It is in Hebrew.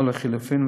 או לחלופין,